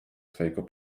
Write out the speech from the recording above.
twojego